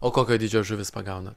o kokio dydžio žuvis pagaunat